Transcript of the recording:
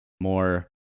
more